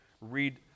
read